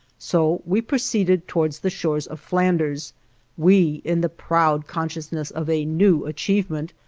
so we proceeded towards the shores of flanders we, in the proud consciousness of a new achievement,